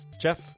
Jeff